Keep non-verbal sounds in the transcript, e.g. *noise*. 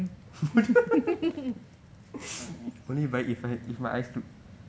*laughs*